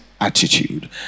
attitude